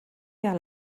vers